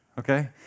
Okay